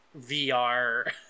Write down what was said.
vr